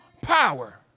power